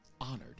honored